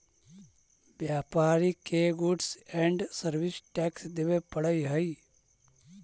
व्यापारि के goods and service tax देवे पड़ऽ हई